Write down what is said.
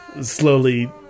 slowly